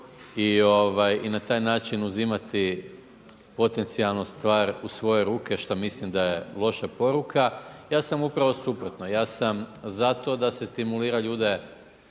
i na taj način uzimati potencijalno stvar u svoje ruke, što mislim da je loša poruka. Ja sam upravo suprotno, ja sam za to da se stimulira ljude